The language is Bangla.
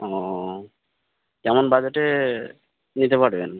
ও কেমন বাজেটে নিতে পারবেন